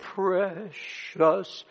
precious